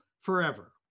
forever